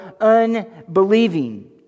unbelieving